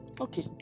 Okay